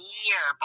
year